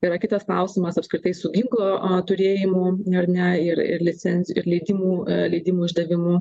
yra kitas klausimas apskritai su ginklo turėjimu ar ne ir ir licencij ir leidimų leidimų išdavimu